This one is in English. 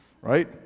Right